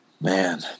Man